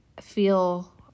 feel